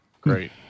Great